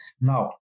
now